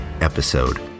episode